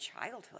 childhood